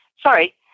sorry